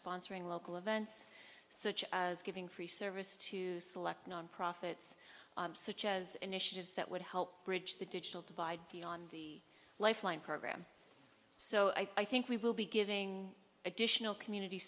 sponsoring local events such as giving free services to select non profits such as initiatives that would help bridge the digital divide the lifeline program so i think we will be giving additional community